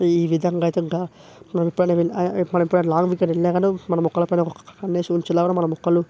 ఈ విధంగా అయితే ఇంకా మనమెప్పుడైనా వెళ్ళినా మనమెప్పుడైనా అట్లా లాంగ్ వీకెండ్ వెళ్ళినాకాని మన మొక్కలపై ఒక కన్నేసి ఉంచే లాగాను మన మొక్కలు